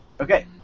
Okay